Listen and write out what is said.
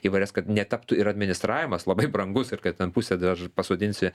įvairias kad netaptų ir administravimas labai brangus ir kad ten pusę dar pasodinsi